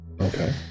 Okay